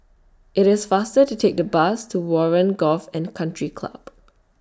IT IS faster to Take The Bus to Warren Golf and Country Club